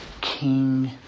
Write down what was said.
king